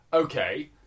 Okay